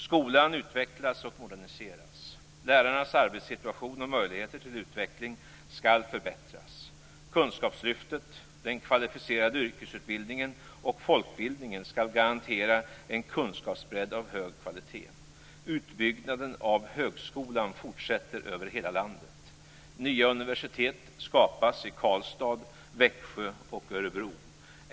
Skolan utvecklas och moderniseras. Lärarnas arbetssituation och möjligheter till utveckling skall förbättras. Kunskapslyftet, den kvalificerade yrkesutbildningen och folkbildningen skall garantera en kunskapsbredd av hög kvalitet. Utbyggnaden av högskolan fortsätter över hela landet. Nya universitet skapas i Karlstad, Växjö och Örebro.